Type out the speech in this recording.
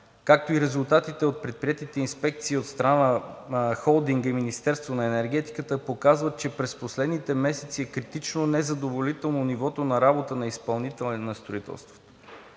както и резултатите от предприетите инспекции от страна на Холдинга и Министерството на енергетиката показват, че през последните месеци е критично незадоволително нивото на работа на изпълнителя на строителството,